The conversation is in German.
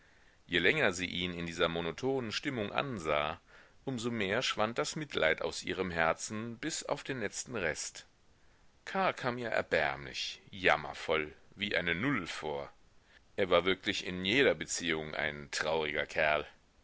je länger sie ihn in dieser monotonen stimmung ansah um so mehr schwand das mitleid aus ihrem herzen bis auf den letzten rest karl kam ihr erbärmlich jammervoll wie eine null vor er war wirklich in jeder beziehung ein trauriger kerl